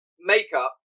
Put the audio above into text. makeup